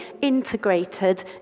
integrated